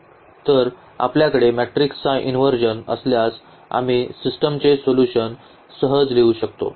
तर आपल्याकडे मॅट्रिक्सचा इनव्हर्ज़न असल्यास आम्ही सिस्टमचे सोल्यूशन सहज लिहू शकतो